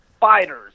Fighters